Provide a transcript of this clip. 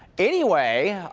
anyway,